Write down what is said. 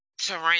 terrain